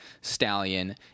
Stallion